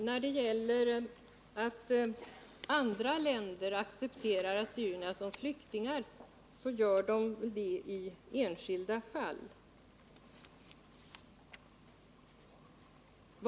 Herr talman! Andra länder accepterar assyrierna som flyktingar i enskilda fall.